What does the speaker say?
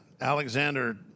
Alexander